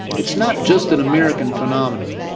it's not just an american phenomenon.